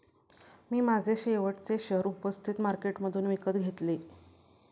मी माझे शेवटचे शेअर उपस्थित मार्केटमधून विकत घेतले